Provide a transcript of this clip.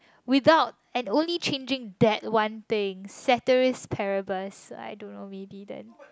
without and only changing that one thing ceteris paribus I don't know maybe then